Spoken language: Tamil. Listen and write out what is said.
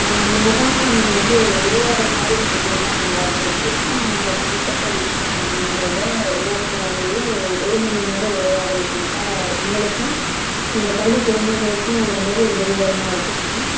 அந்த முகாமில் நீங்கள் வந்து உரையாடல் மாதிரி ஒன்று கொடுத்தா நல்லாயிருக்கும் சுத்தம் அவங்க தனிப்பட்ட விஷியம் அப்படிங்கிறத உணர்த்தும் வகையில் ஒரு ஒரு மணி நேரம் உரையாடல் கொடுத்தா எங்களுக்கும் எங்கள் பள்ளிக் குழந்தைகளுக்கும் ரொம்பவே உதவிகரமாக இருக்கும் மேம்